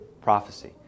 prophecy